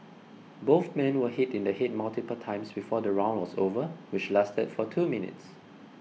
both men were hit in the head multiple times before the round was over which lasted for two minutes